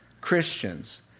Christians